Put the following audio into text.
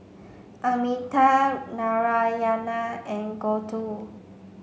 Amitabh Narayana and Gouthu